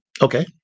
Okay